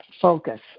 focus